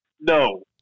no